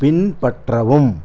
பின்பற்றவும்